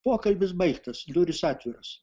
pokalbis baigtas durys atviros